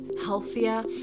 healthier